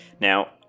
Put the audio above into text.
Now